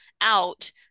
out